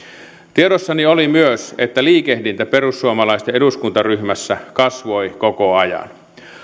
tiedossani oli myös että liikehdintä perussuomalaisten eduskuntaryhmässä kasvoi koko ajan